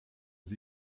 sie